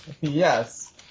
Yes